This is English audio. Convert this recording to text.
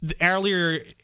earlier